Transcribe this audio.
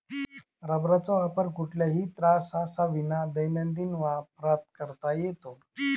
रबराचा वापर कुठल्याही त्राससाविना दैनंदिन वापरात करता येतो